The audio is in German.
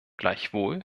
gleichwohl